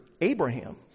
Abraham